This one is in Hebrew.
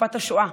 תקופת השואה.